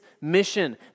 mission